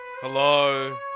Hello